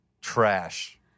Trash